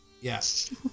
Yes